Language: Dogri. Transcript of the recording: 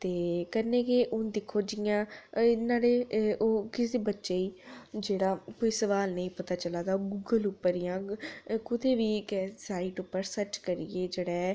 ते कन्नै गै हून दिक्खो जि'यां इ'यां ते ओह् कुसै बच्चे ई जेह्ड़ा कोई सुआल नेईं पता चलै दा ओह् गूगल उप्पर जाह्ग कुतै बी साइट उप्पर सर्च करियै जेह्ड़ा ऐ